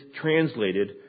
translated